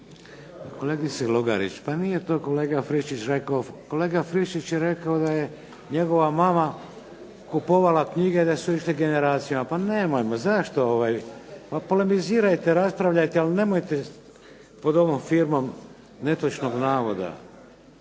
Kolega Frišćić je rekao da je njegova mama kupovala knjige i da su išle generacijama. Pa nemojmo, zašto. Pa polemizirajte, raspravljajte, ali nemojte pod ovom firmom netočnog navoda.